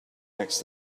next